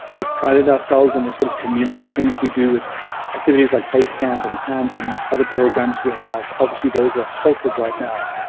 we've prided ourselves in the sort of community things we do with activities like basecamp, and and and other programs we have. obviously those are halted right now.